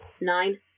Nine